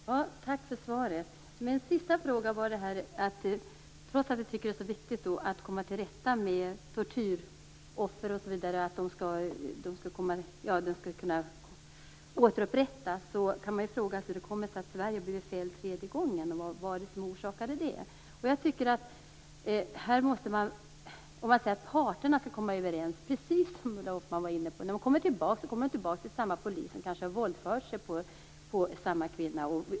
Herr talman! Tack för svaret! Min sista fråga gällde att trots att vi tycker det är så viktigt att komma till rätta med tortyroffer och att de skall kunna återupprättas har Sverige nu blivit fällt för tredje gången. Man kan fråga sig hur det kommer sig. Vad var det som orsakade det? Här säger man att parterna skall komma överens. Men precis som Ulla Hoffmann var inne på: När de kommer tillbaka kommer de tillbaka till samma polis som kanske har våldfört sig på dem.